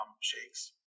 Shakes